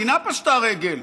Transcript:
המדינה פשטה רגל.